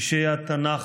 אישי התנ"ך,